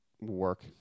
work